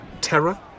terror